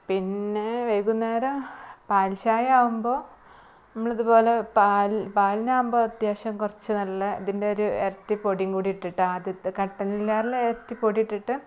പിന്നെ വൈകുന്നേരം പാൽ ചായ ആവുമ്പോൾ നമ്മൾ ഇതു പോലെ പാൽ പാലിനാകുമ്പോൾ അത്യാവശ്യം കുറച്ച് നല്ല ഇതിൻ്റെ ഒരു ഇരട്ടി പൊടിയും കൂടി ഇട്ടിട്ട് ആദ്യത്തെ കട്ടനിലേക്ക് ഇരട്ടി പൊടി ഇട്ടിട്ട്